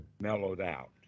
Mellowed-out